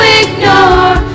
ignore